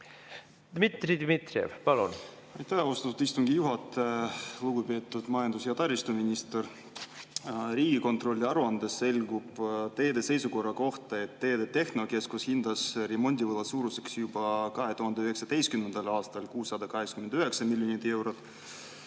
Dmitri Dmitrijev, palun! Aitäh, austatud istungi juhataja! Lugupeetud majandus‑ ja taristuminister! Riigikontrolli aruandest selgub teede seisukorra kohta, et Teede Tehnokeskus hindas remondivõla suuruseks juba 2019. aastal 689 miljonit eurot.